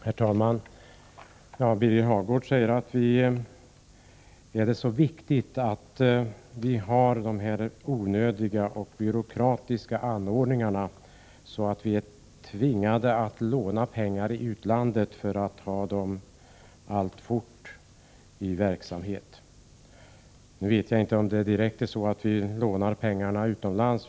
Herr talman! Birger Hagård undrar om det är så viktigt att vi har de onödiga och byråkratiska anordningarna att vi tvingas låna pengar i utlandet för att alltfort ha dem i verksamhet. Jag vet inte om vi direkt lånar pengarna utomlands.